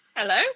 Hello